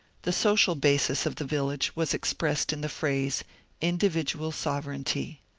the social basis of the village was expressed in the phrase individual sovereignty.